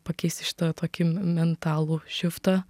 pakeisti šitą tokį me mentalų šiftą